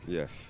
Yes